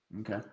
Okay